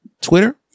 Twitter